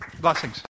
Blessings